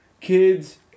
kids